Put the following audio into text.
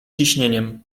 ciśnieniem